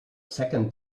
second